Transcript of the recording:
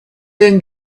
then